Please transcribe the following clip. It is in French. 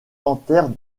tentèrent